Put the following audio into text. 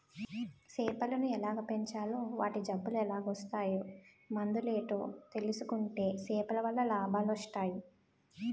సేపలను ఎలాగ పెంచాలో వాటి జబ్బులెలాగోస్తాయో మందులేటో తెలుసుకుంటే సేపలవల్ల లాభాలొస్టయి